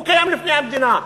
הוא קיים לפני המדינה.